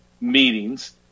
meetings